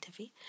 Tiffy